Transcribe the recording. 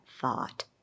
thought